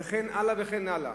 וכן הלאה וכן הלאה.